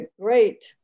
great